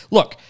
Look